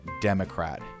Democrat